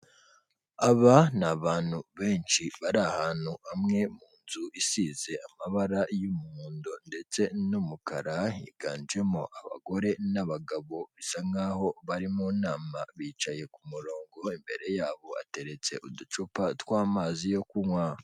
Aba ni abantu benshi bari ahantu hamwe mu nzu isize amabara y'umuhondo ndetse n'umukara, higanjemo abagore n'abagabo bisa nk'aho bari mu nama bicaye ku murongo aho imbere yabo hateretse uducupa tw'amazi yo kunywa.